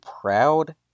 proud